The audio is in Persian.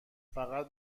فقط